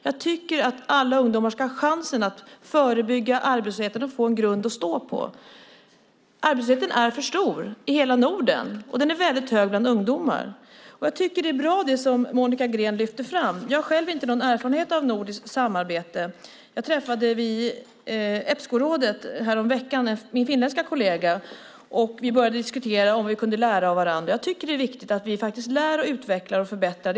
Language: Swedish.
Jag tycker att alla ungdomar ska ha chansen att förebygga arbetslöshet och få en grund att stå på. Arbetslösheten är för stor i hela Norden, och den är väldigt hög bland ungdomar. Jag tycker att det som Monica Green lyfter fram är väldigt bra. Jag har själv ingen erfarenhet av nordiskt samarbete. Jag träffade vid Epscorådet häromveckan min finländske kollega, och vi började diskutera om vi kunde lära av varandra. Jag tycker att det är viktigt att vi faktiskt lär, utvecklar och förbättrar.